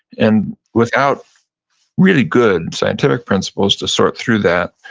and without really good scientific principles to sort through that,